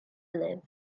live